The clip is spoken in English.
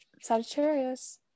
Sagittarius